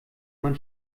man